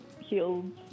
healed